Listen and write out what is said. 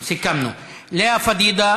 ענת ברקו (הליכוד):